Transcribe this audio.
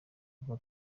bwa